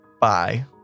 Bye